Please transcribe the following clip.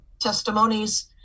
testimonies